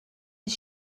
his